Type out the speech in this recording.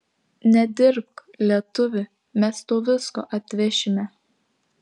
nedirbk lietuvi mes tau visko atvešime